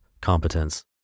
competence